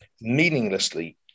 meaninglessly